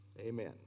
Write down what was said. Amen